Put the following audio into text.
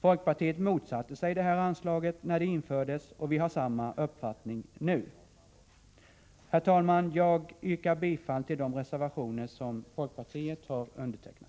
Folkpartiet motsatte sig det här anslaget när det infördes, och vi har samma uppfattning nu. Herr talman! Jag yrkar bifall till de reservationer som representanter för folkpartiet har undertecknat.